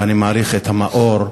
ואני מעריך את המאור,